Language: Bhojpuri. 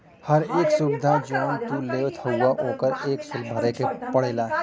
हर एक सुविधा जौन तू लेत हउवा ओकर एक सुल्क भरे के पड़ला